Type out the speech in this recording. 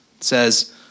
says